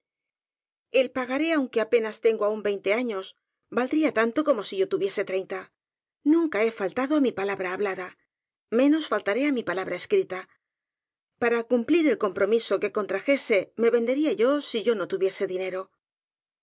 el pagaré aunque apenas tengo aún veinte años valdría tanto como si yo tuviese treinta nunca he faltado á mi palabra hablada menos faltaré á mi palabra escrita para cumplir el com promiso que contrajese me vendería yo si yo no tu viese dinero